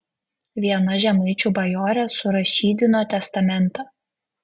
viena žemaičių bajorė surašydino testamentą